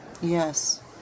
yes